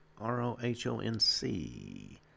R-O-H-O-N-C